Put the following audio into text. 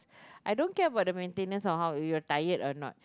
I don't care about the maintenance or how it will tired or not